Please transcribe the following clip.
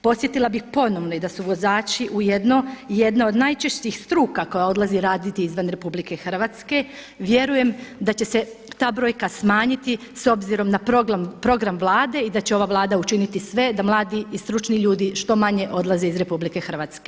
Podsjetila bih ponovno da su vozači ujedno jedna od najčešćih struka koja odlazi raditi izvan RH, vjerujem da će se ta brojka smanjiti s obzirom na program Vlade i da će ova Vlada učiniti sve da mladi i stručni ljudi što manje odlaze iz RH.